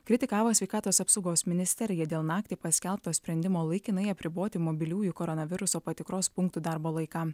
kritikavo sveikatos apsaugos ministeriją dėl naktį paskelbto sprendimo laikinai apriboti mobiliųjų koronaviruso patikros punktų darbo laiką